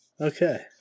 Okay